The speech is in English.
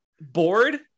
Bored